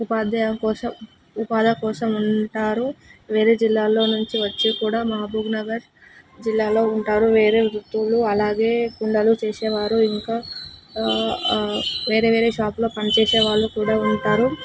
ఉపాధి కోసం ఉపాఢి కోసం ఉంటారు వేరే జిల్లాలో నుంచి వచ్చి కూడా మహబూబ్నగర్ జిల్లాలో ఉంటారు వేరే వృత్తులు అలాగే కుండలు చేసేవారు ఇంకా వేరే వేరే షాప్లో పని చేసే వాళ్ళు కూడా ఉంటారు